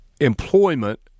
employment